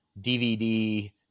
DVD